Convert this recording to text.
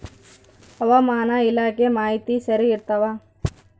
ಹವಾಮಾನ ಇಲಾಖೆ ಮಾಹಿತಿ ಸರಿ ಇರ್ತವ?